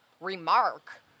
remark